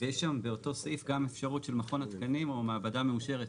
ויש שם באותו הסעיף גם אפשרות של מכון התקנים או מעבדה מאושרת.